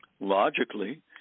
logically